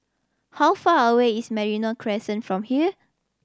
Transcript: how far away is Merino Crescent from here